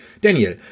Daniel